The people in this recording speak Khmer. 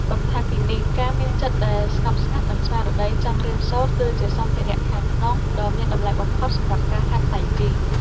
បន្ថែមពីនេះ ការមានចិត្តដែលស្ងប់ស្ងាត់ និងស្មារតីចង់រៀនសូត្រ គឺជាសម្ភារៈខាងក្នុងដ៏មានតម្លៃបំផុតសម្រាប់ការហាត់តៃជី។